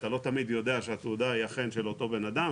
אתה לא תמיד יודע שהתעודה היא אכן של אותו בן אדם,